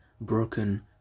Broken